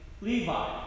Levi